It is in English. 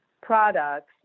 products